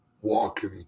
walking